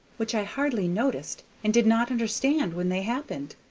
which i hardly noticed and did not understand when they happened.